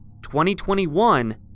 2021